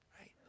right